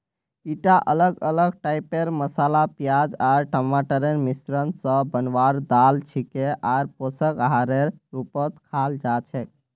ईटा अलग अलग टाइपेर मसाला प्याज आर टमाटरेर मिश्रण स बनवार दाल छिके आर पोषक आहारेर रूपत खाल जा छेक